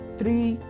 three